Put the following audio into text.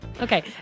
Okay